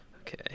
Okay